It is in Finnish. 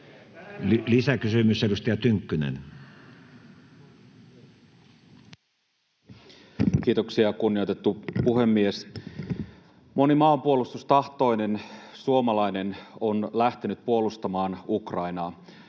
Lisäkysymys, edustaja Tynkkynen. Kiitoksia, kunnioitettu puhemies! Moni maanpuolustustahtoinen suomalainen on lähtenyt puolustamaan Ukrainaa.